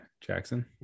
Jackson